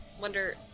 wonder